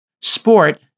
sport